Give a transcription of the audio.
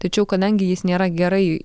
tačiau kadangi jis nėra gerai